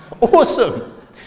Awesome